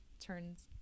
turns